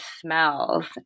smells